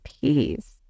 peace